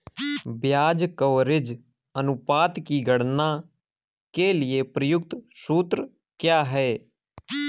ब्याज कवरेज अनुपात की गणना के लिए प्रयुक्त सूत्र क्या है?